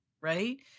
right